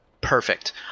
perfect